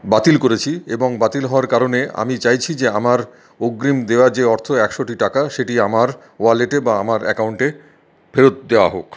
বাতিল করেছি এবং বাতিল হওয়ার কারণে আমি চাইছি যে আমার অগ্রিম দেওয়া যে অর্থ একশোটি টাকা সেটি আমার ওয়ালেটে বা আমার অ্যাকাউন্টে ফেরত দেওয়া হোক